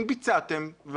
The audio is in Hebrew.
אם ביצעתם,